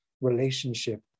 relationship